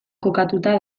kokatuta